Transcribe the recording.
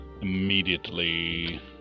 immediately